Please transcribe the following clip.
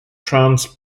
trance